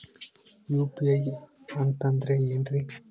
UPI ಅಂತಂದ್ರೆ ಏನ್ರೀ?